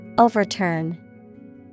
Overturn